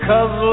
Cause